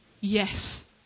Yes